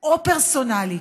או פרסונלית,